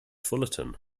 fullerton